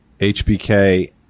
HBK